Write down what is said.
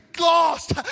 lost